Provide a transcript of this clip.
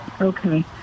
Okay